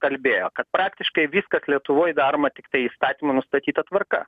kalbėjo kad praktiškai viskas lietuvoj daroma tiktai įstatymų nustatyta tvarka